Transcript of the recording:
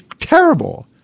terrible